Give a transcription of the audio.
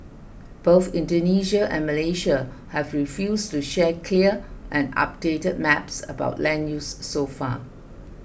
both Indonesia and Malaysia have refused to share clear and updated maps about land use so far